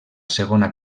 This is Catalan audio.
segona